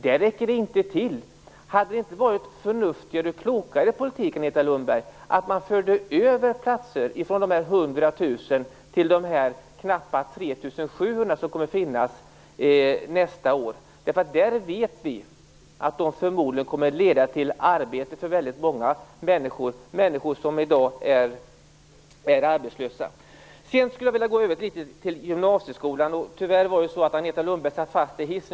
Där räcker platserna inte till. Hade det inte varit en förnuftigare och klokare politik, Agneta Lundberg, att föra över platser från de 100 000 till de knappt 3 700 som kommer att finnas för kvalificerad yrkesutbildning nästa år. Där vet vi att platserna förmodligen kommer att leda till arbete för väldigt många människor, människor som i dag är arbetslösa. Sedan skulle jag vilja säga något om gymnasieskolan. Tyvärr satt Agneta Lundberg fast i en hiss förut.